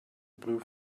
blue